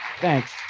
Thanks